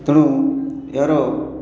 ତେଣୁ ଏହାର